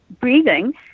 breathing